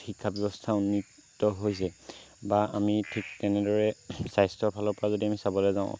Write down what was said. শিক্ষা ব্য়ৱস্থা উন্নীত হৈছে বা আমি ঠিক তেনেদৰে স্বাস্থ্য়ৰফালৰ পৰা যদি আমি চাবলৈ যাওঁ